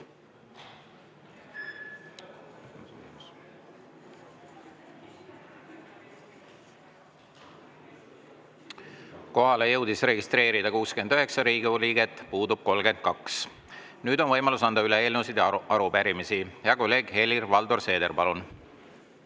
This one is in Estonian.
Kohalolijaks jõudis end registreerida 69 Riigikogu liiget, puudub 32. Nüüd on võimalus anda üle eelnõusid ja arupärimisi. Hea kolleeg Helir-Valdor Seeder, palun!